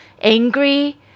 angry